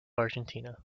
argentina